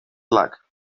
luck